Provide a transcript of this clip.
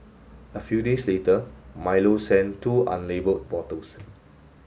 a few days later Milo sent two unlabelled bottles